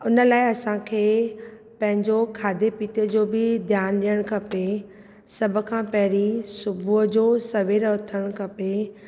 उन लाइ असां खे पंहिंजो खाधे पीते जो बि ध्यानु ॾियणु खपे सभु खां पंहिरीं सुबुह जो सवेर उथणु खपे